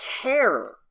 care